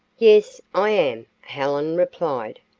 yes, i am, helen replied,